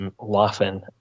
laughing